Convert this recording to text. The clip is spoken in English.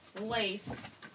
lace